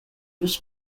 was